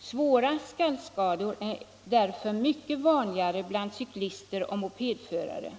Svåra skallskador är därför mycket vanligare bland cyklister och mopedförare.